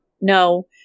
no